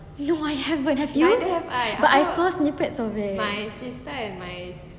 no I haven't have you but I saw snippets of it